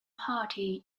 party